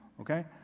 Okay